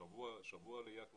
שבוע עלייה.